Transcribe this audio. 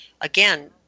again